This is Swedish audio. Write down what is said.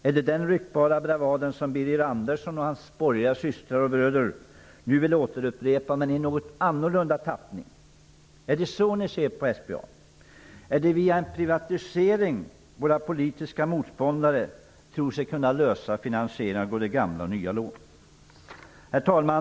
Är det den ryktbara bravaden som Birger Andersson och hans borgerliga systrar och bröder nu vill upprepa, men i något annorlunda tappning? Är det så man ser på SBAB? Är det via en privatisering som våra politiska motståndare tror sig kunna lösa finansieringen av både gamla och nya lån? Herr talman!